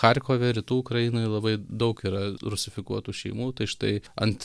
charkove rytų ukrainoje labai daug yra rusifikuotų šeimų tai štai ant